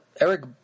Eric